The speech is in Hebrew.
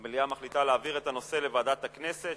3. המליאה מחליטה להעביר את הנושא לוועדת הכנסת,